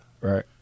Right